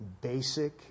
Basic